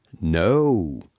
No